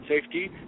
safety